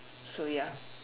so ya